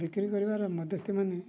ବିକ୍ରି କରିବାର ମଧ୍ୟସ୍ଥିମାନେ